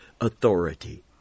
authority